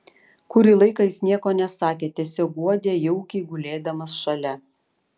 kurį laiką jis nieko nesakė tiesiog guodė jaukiai gulėdamas šalia